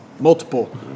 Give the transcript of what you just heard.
multiple